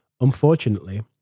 Unfortunately